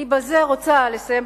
אני בזה רוצה לסיים,